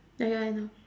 ya ya I know